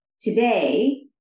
today